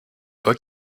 pas